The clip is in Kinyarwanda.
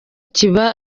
kiba